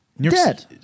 Dead